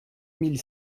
mille